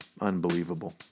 Unbelievable